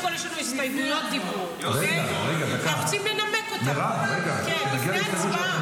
-- רוצים לנמק אותן לפני ההצבעה.